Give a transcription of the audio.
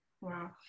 Wow